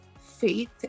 faith